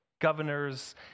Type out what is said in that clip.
Governors